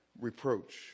reproach